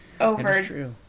over